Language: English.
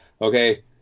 Okay